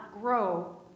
grow